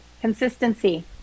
Consistency